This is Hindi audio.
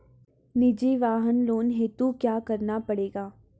निजी वाहन लोन हेतु क्या करना पड़ेगा?